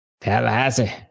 Tallahassee